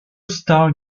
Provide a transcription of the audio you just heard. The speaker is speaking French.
star